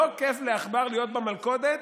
לא כיף לעכבר להיות במלכודת,